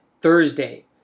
Thursday